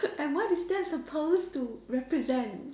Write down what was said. and what is that supposed to represent